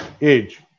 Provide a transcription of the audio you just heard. age